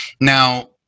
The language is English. Now